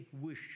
wish